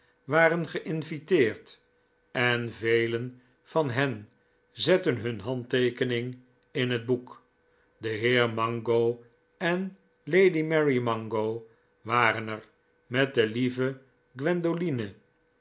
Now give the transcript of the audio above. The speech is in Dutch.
waren ge'inviteerd en velen van hen zetten hun handteekening in het boek de heer mango en lady mary mango waren er met de lieve